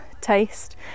taste